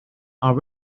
are